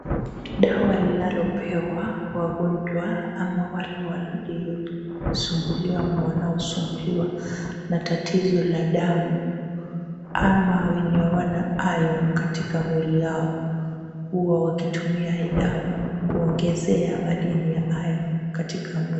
Dawa linalopewa wagonjwa ama wale wanaosumbuliwa na tatizo la damu ama wenye hawana ion katika mwili yao huwa wanatumia hii dawa kuongezea madini ya ion katika mwili.